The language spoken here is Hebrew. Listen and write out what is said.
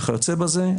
וכיוצא בזה,